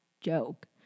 joke